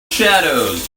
shadows